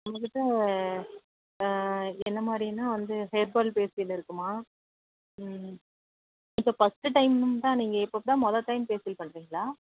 எங்கள்கிட்ட என்ன மாதிரினா வந்து ஹெர்பல் ஃபேஷியல் இருக்குதுமா இப்போ ஃபஸ்ட்டு டைம் தான் நீங்கள் இப்போ தான் மொதல் டைம் ஃபேஷியல் பண்ணுறீங்களா